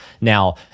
Now